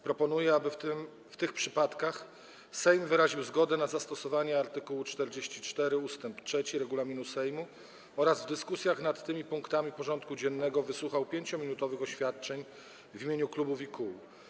Proponuję, aby w tych przypadkach Sejm wyraził zgodę na zastosowanie art. 44 ust. 3 regulaminu Sejmu oraz w dyskusjach nad tymi punktami porządku dziennego wysłuchał 5-minutowych oświadczeń w imieniu klubów i kół.